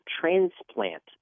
transplant